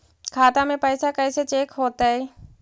खाता में पैसा कैसे चेक हो तै?